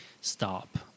stop